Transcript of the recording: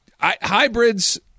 Hybrids